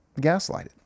gaslighted